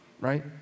Right